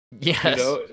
Yes